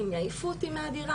אם יעיפו אותי מהדירה.